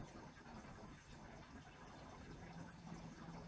if you